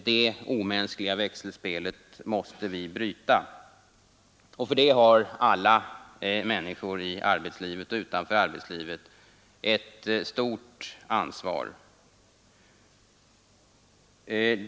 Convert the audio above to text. Detta omänskliga växelspel måste vi bryta, och för det har alla människor i och utanför arbetslivet ett stort ansvar.